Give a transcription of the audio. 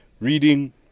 reading